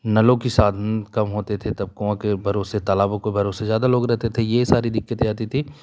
नलों के साधन कम होते थे तब कुँआ के भरोसे तालाबों को भरोसे ज्यादा लोग रहते थे यह सारी दिक्कत आती थी